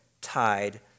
tied